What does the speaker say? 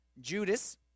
Judas